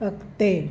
अगि॒ते